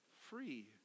free